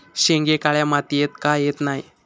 शेंगे काळ्या मातीयेत का येत नाय?